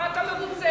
מה אתה מרוצה?